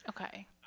Okay